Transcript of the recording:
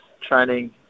training